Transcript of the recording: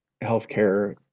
healthcare